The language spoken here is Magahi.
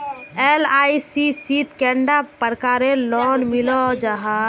एल.आई.सी शित कैडा प्रकारेर लोन मिलोहो जाहा?